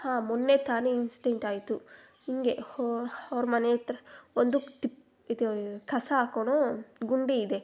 ಹಾಂ ಮೊನ್ನೆ ತಾನೆ ಇನ್ಸ್ಡೆಂಟ್ ಆಯಿತು ಹಿಂಗೆ ಹೊ ಅವ್ರ್ ಮನೆಯಹತ್ರ ಒಂದು ತಿಪ್ಪೆ ಇದು ಕಸ ಹಾಕೊಳೋ ಗುಂಡಿ ಇದೆ